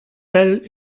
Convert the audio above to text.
pell